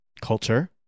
culture